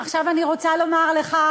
עכשיו אני רוצה לומר לך,